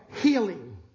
healing